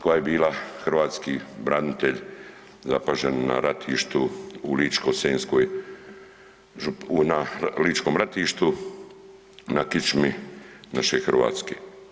koja je bila hrvatski branitelj zapažen na ratištu u Ličko-senjskoj, na Ličkom ratištu, na kičmi naše Hrvatske.